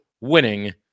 winning